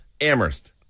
Amherst